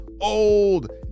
old